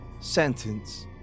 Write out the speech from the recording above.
sentence